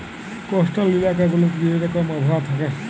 coastal ইলাকা গুলাতে যে রকম আবহাওয়া থ্যাকে